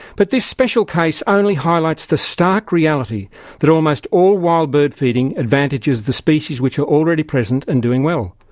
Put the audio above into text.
but this special case only highlights the stark reality that almost all wild bird feeding advantages the species which are already present and doing well.